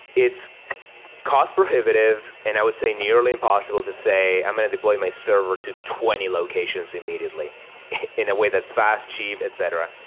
it's cost prohibitive and i would say nearly impossible to say, i'm going to deploy my server to twenty locations immediately in a way that's fast, cheap, etc.